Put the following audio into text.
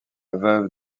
veuve